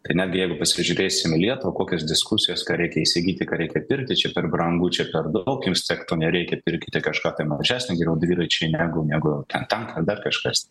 tai netgi jeigu pasižiūrėsim į lietuvą kokios diskusijos ką reikia įsigyti ką reikia pirkti čia per brangu čia per daug jums tiek to nereikia pirkite kažką tai mažesnio geriau dviračiai negu negu ten tankai ar dar kažkas